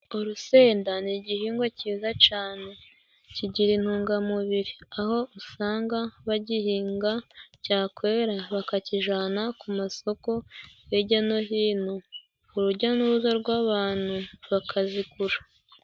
Urusenda ni igihingwa cyiza cane kigira intungamubiri aho usanga bagihinga ,cyakwera bakakijana ku masoko hijya no hino, urujya n'uruza rw'abantu bakazigura.